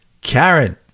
karen